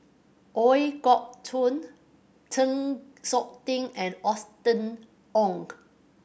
Ooi Kok Chuen Chng Seok Tin and Austen Ong